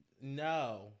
No